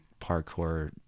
parkour